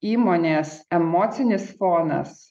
įmonės emocinis fonas